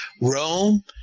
Rome